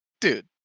dude